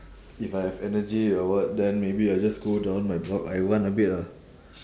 if I have energy or what then maybe I just go down my block I run a bit ah